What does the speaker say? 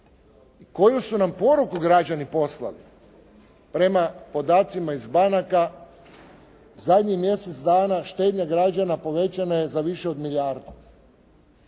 koju su nam poruku građani poslali prema podacima iz banaka. Zadnjih mjesec dana štednja građana povećana je za više od milijardu.